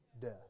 death